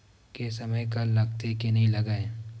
के समय कर लगथे के नइ लगय?